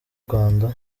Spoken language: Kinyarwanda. rwanda